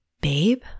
Babe